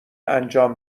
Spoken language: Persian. انجام